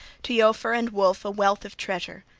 to eofor and wulf a wealth of treasure,